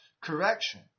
correction